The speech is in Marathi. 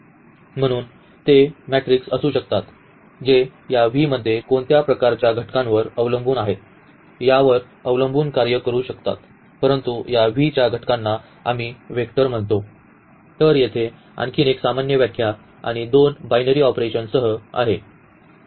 म्हणून ते मेट्रिक्स असू शकतात जे या V मध्ये कोणत्या प्रकारच्या घटकांवर अवलंबून आहेत यावर अवलंबून कार्य करू शकतात परंतु या V च्या घटकांना आम्ही वेक्टर म्हणतो तर येथे आणखी एक सामान्य व्याख्या आणि दोन बायनरी ऑपरेशन्ससह